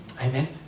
Amen